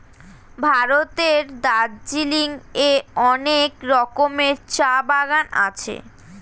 ভারতের দার্জিলিং এ অনেক রকমের চা বাগান আছে